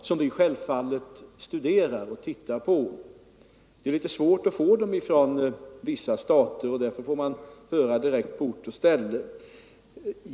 Det är dock litet svårt att erhålla uppgifter från vissa stater, varför man måste höra sig för på ort och ställe.